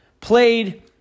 played